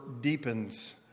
deepens